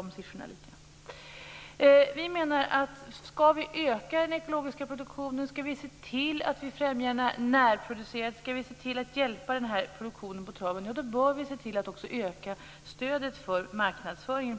Om vi skall öka den ekologiska produktionen, främja närproducerat och hjälpa den här produktionen på traven bör vi se till att också öka stödet för marknadsföringen